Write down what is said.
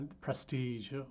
Prestige